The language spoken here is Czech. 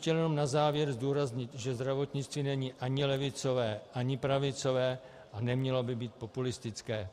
Chtěl bych jenom na závěr zdůraznit, že zdravotnictví není ani levicové ani pravicové a nemělo by být populistické.